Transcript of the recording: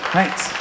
Thanks